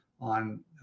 on